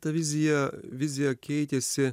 ta vizija vizija keitėsi